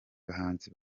bahanzi